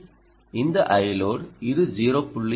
இந்த Iload இது 0